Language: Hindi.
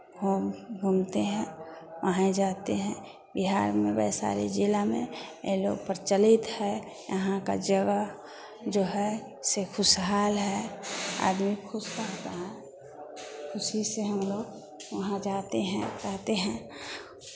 घूम घूमते हैं वहीं जाते हैं बिहार में वैशाली जिला में ये लोग प्रचलित है यहाँ का जगह जो है से खुशहाल है आदमी खुश रहता है खुशी से हम लोग वहाँ जाते हैं रहते हैं